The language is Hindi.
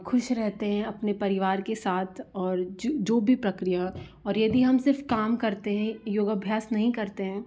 खुश रहेते हैं अपने परिवार के साथ और जो भी प्रक्रिया और यदि हम सिर्फ काम करते हैं योगाभ्यास नहीं करते हैं